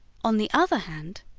on the other hand,